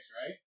right